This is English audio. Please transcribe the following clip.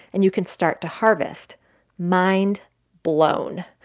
and you can start to harvest mind blown.